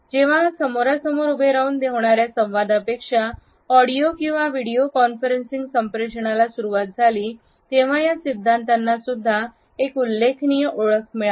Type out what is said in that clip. जेव्हा हा समोरासमोर उभे राहून होणाऱ्या संवादा पेक्षा ऑडिओ किंवा व्हिडिओ कॉन्फरन्सिंग संप्रेषनाला सुरुवात झाली तेव्हा या सिद्धांतांना सुद्धा एक उल्लेखनीय ओळख मिळाली